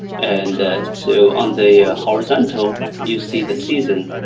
and so on the horizontal you see the season,